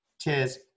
Cheers